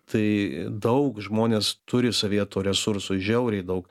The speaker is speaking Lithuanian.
tai daug žmonės turi savyje tų resursų žiauriai daug